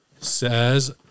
says